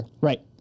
Right